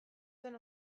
zen